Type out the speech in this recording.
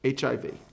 HIV